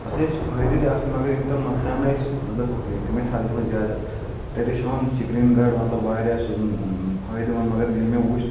تتھ ٲسۍ فٲیدٕ تہِ اصل مگر یِم تِم نۄقصان ٲسۍ مطلب تِم ٲسۍ حدٕ کھۄتہٕ زیادٕ تتہِ ٲسۍ ہاوان سکریٖن گاڑ مطلب واریاہ سُہ فٲیدٕ منٛد مگر ییٚلہِ مےٚ وُچھ